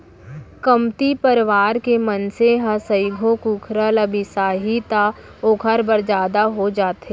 कमती परवार के मनसे ह सइघो कुकरा ल बिसाही त ओकर बर जादा हो जाथे